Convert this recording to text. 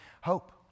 Hope